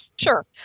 Sure